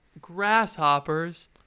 Grasshoppers